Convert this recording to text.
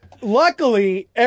luckily